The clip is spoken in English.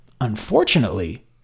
unfortunately